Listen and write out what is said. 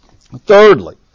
Thirdly